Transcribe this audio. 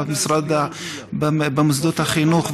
במוסדות החינוך,